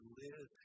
live